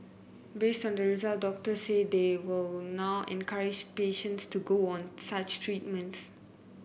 based on the results doctors say they will now encourage patients to go on such treatment